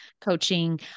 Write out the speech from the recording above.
coaching